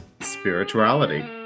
spirituality